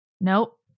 Nope